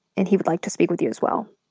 and he would like to speak with you as well.